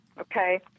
okay